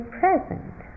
present